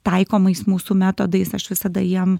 taikomais mūsų metodais aš visada jiem